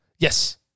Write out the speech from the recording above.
Yes